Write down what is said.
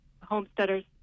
homesteaders